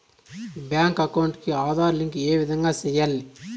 Bank account కి Aadhaar link ఏ విధంగా సెయ్యాలి?